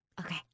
Okay